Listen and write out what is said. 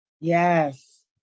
Yes